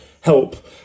help